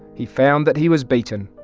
he found that he was beaten.